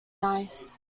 nice